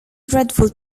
dreadful